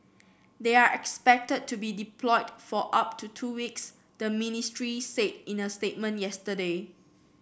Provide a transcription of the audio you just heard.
they are expected to be deployed for up to two weeks the ministry said in a statement yesterday